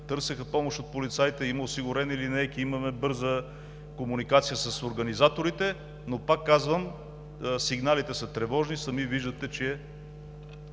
търсеха помощ от полицаите, има осигурени линейки, има бърза комуникация с организаторите. Но пак казвам: сигналите са тревожни и сами виждате, че вече